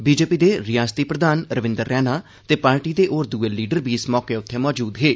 BJP दे रिआसती प्रधान रविंदर रैना ते पार्टी दे होर द्रए लीडर बी इस मौके उत्थे मौजूद हे